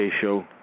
show